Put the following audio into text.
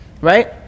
Right